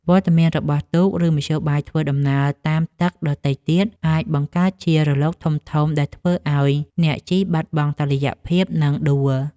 វត្តមានរបស់ទូក ឬមធ្យោបាយធ្វើដំណើរតាមទឹកដទៃទៀត អាចបង្កើតជារលកធំៗដែលធ្វើឱ្យអ្នកជិះបាត់បង់តុល្យភាព និងដួល។